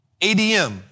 ADM